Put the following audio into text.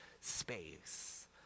space